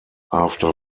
after